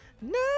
No